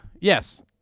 yes